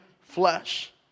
flesh